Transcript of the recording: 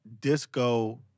disco